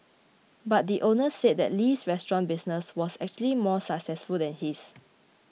but the owner said that Li's restaurant business was actually more successful than his